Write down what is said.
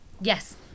yes